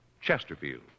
Chesterfield